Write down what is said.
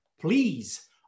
Please